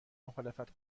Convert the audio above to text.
مخالفت